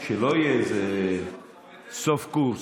שלא יהיה איזה סוף קורס.